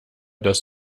dass